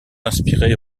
inspiré